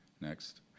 Next